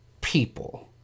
people